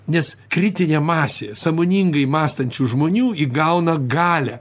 nes kritinė masė sąmoningai mąstančių žmonių įgauna galią